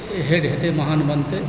head हेतैक महान बनतै